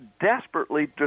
desperately